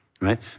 right